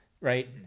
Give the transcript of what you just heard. right